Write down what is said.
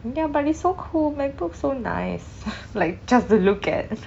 ya but it's so cool macbook so nice like just to look at